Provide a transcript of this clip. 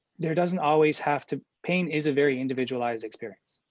there doesn't always have to, pain is a very individualized experience.